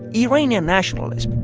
iranian nationalists.